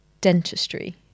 dentistry